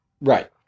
Right